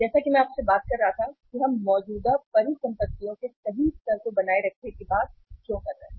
जैसा कि मैं आपसे बात कर रहा था कि हम मौजूदा परिसंपत्तियों के सही स्तर को बनाए रखने की बात क्यों कर रहे हैं